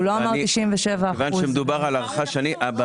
הוא לא אמר 97%. כיוון שמדובר בהערכה שלי אזכיר